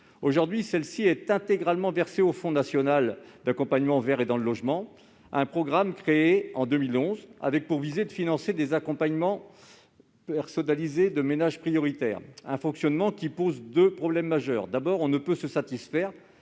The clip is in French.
Aujourd'hui, celle-ci est intégralement versée au Fonds national d'accompagnement vers et dans le logement, un programme créé en 2011 dans le but de financer l'accompagnement personnalisé de ménages prioritaires. Le fonctionnement de ce fonds pose deux difficultés majeures. Tout d'abord, on ne peut se satisfaire